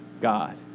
God